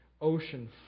ocean